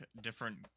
different